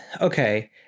okay